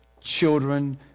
children